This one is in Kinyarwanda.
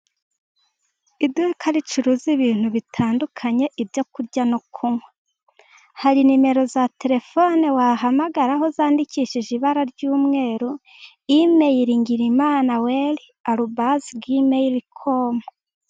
Iduka ricuruza ibintu bitandukanye ibyo kurya no kunywa. Hari nimero za telefone wahamagaraho, zandikishijwe ibara ry’umweru, Imeyiri: ngirimanaweli arobazi jimeri komu.